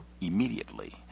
immediately